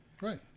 Right